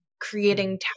creating